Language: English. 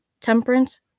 temperance